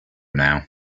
now